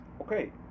Okay